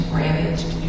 ravaged